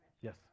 yes